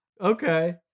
Okay